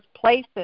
places